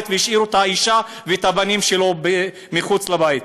והשאירו את האישה ואת הבנים שלו מחוץ לבית.